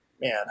man